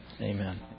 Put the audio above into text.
Amen